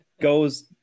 goes